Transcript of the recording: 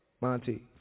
Monty